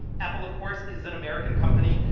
apple, of course, is an american company.